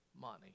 money